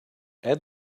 add